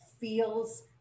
feels